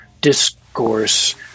discourse